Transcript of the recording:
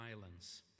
violence